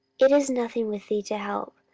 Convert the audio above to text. it is nothing with thee to help,